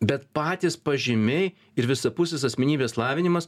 bet patys pažymiai ir visapusės asmenybės lavinimas